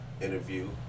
interview